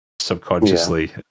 subconsciously